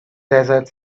desert